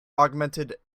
augmented